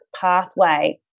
pathway